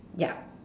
yup